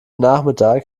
nachmittag